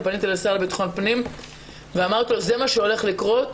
ופניתי לשר לביטחון הפנים ואמרתי לו: זה מה שהולך לקרות,